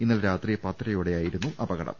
ഇന്നലെ രാത്രി പത്തരയോടെയായിരുന്നു അപകടം